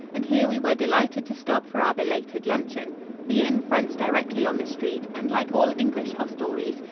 and here we were delighted to stop for our belated luncheon. the inn fronts directly on the street and, like all english hostelries,